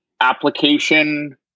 application